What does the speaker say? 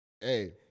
Hey